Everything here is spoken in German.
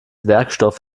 werkstoff